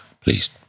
please